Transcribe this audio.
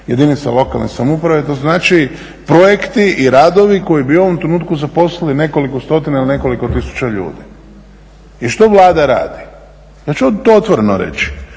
jedinica lokalne samouprave to znači projekti i radovi koji bi u ovom trenutku zaposlili nekoliko stotina ili nekoliko tisuća ljudi. I što Vlada radi? Ja ću to otvoreno reći.